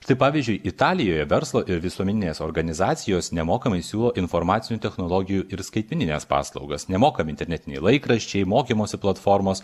štai pavyzdžiui italijoje verslo ir visuomeninės organizacijos nemokamai siūlo informacinių technologijų ir skaitmenines paslaugas nemokami internetiniai laikraščiai mokymosi platformos